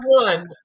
one